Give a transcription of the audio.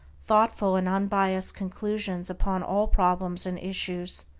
thoughtful and unbiased conclusions upon all problems and issues,